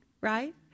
right